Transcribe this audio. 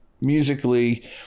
musically